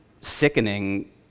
sickening